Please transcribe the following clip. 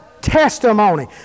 testimony